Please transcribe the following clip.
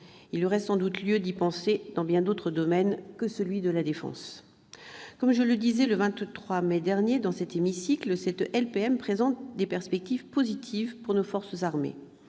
Il y aurait sans doute lieu d'y penser dans bien d'autres domaines que celui de la défense ! Comme je le disais le 22 mai dernier dans cet hémicycle, cette LPM présente des perspectives positives pour nos forces armées.